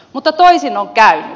mutta toisin on käynyt